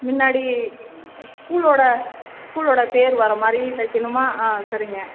முன்னாடி ஸ்கூலோடய ஸ்கூலோடய பேர் வர்ற மாதிரி தைக்கணுமா ஆ சரிங்க